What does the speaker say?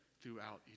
throughout